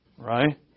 Right